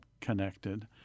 connected